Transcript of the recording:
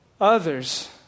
Others